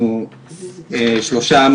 בבקשה.